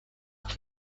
off